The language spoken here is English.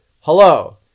Hello